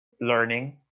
learning